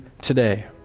today